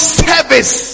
service